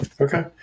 Okay